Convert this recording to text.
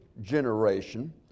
generation